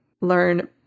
learn